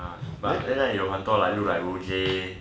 ya but 有很多 look like rosae